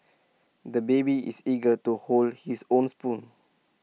the baby is eager to hold his own spoon